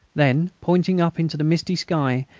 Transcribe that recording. then, pointing up into the misty sky,